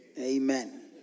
Amen